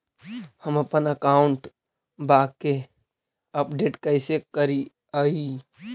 हमपन अकाउंट वा के अपडेट कैसै करिअई?